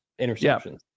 interceptions